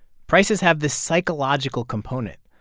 prices have this psychological component.